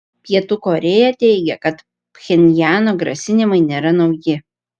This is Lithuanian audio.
pietų korėja teigia kad pchenjano grasinimai nėra nauji